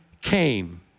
came